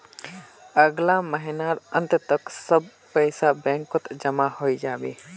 अगला महीनार अंत तक सब पैसा बैंकत जमा हइ जा बे